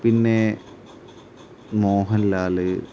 പിന്നെ മോഹൻ ലാൽ